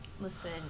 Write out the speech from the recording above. Listen